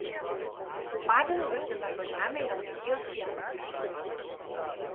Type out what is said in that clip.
badeno viurtembergo žemė yra vokietijos pietvakariuose